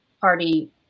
party